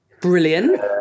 Brilliant